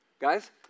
Guys